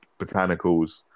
botanicals